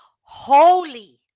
holy